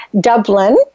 Dublin